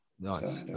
Nice